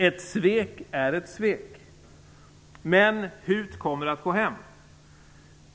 Ett svek är ett svek. Men hut kommer att gå hem.